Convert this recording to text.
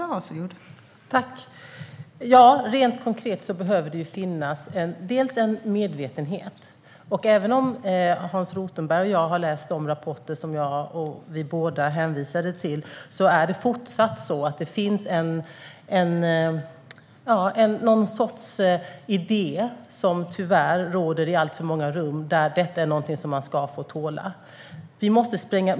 Fru talman! Rent konkret behöver det finnas en medvetenhet. Både Hans Rothenberg och jag har läst de rapporter som vi båda hänvisade till, och även om mycket görs finns det fortsatt någon sorts idé som tyvärr råder i alltför många rum om att detta är någonting som man ska få tåla.